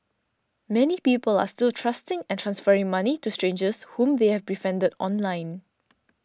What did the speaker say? many people are still trusting and transferring money to strangers whom they have befriended online